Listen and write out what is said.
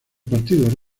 partido